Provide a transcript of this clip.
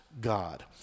God